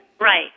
Right